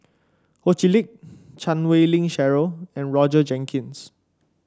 Ho Chee Lick Chan Wei Ling Cheryl and Roger Jenkins